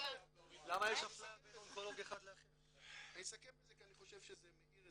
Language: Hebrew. ----- אני אסכם בזה כי אני חושב שזה מאיר,